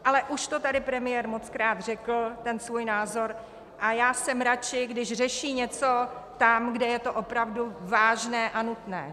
Ale už to tady premiér mockrát řekl, ten svůj názor, a já jsem radši, když řeší něco tam, kde je to opravdu vážné a nutné.